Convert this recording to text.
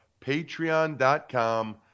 patreon.com